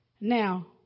Now